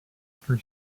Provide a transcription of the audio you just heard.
for